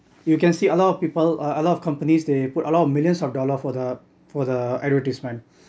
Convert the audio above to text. you can see a lot of people a lot of companies they put a lot of millions of dollar for the for the advertisement